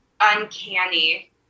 uncanny